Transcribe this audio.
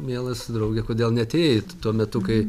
mielas drauge kodėl neatėjai tuo metu kai